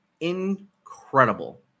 incredible